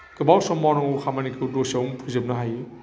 गोबाव सम मावनांगौ खामानिखौ दसेयावनो फोजोबनो हायो